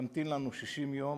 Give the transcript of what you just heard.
ימתין לנו 60 יום,